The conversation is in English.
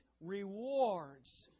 rewards